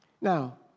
Now